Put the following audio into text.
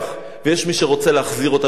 ויש מי שרוצה להחזיר אותה לשממה.